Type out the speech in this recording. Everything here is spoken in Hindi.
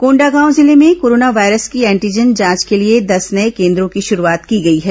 कोंडागांव जिले में कोरोना वायरस की एंटीजन जांच के लिए दस नए केन्द्रों की शुरूआत की गई है